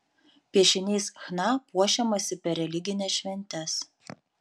piešiniais chna puošiamasi per religines šventes